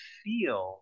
feel